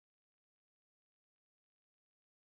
ya of course there's there's a